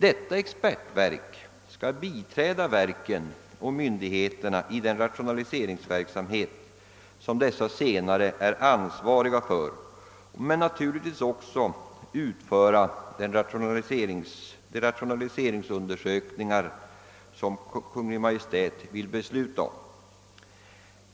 Detta »expertverk» skall biträda verken och myndigheterna i den rationaliseringsverksamhet som ifrågavarande instanser är ansvariga för och naturligtvis också utföra de rationaliseringsundersökningar som Kungl. Maj:t kan fatta beslut om.